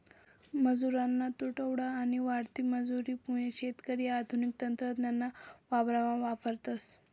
मजुरना तुटवडा आणि वाढती मजुरी मुये शेतकरी आधुनिक तंत्रज्ञान वावरमा वापरतस